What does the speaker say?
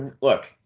look